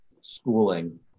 schooling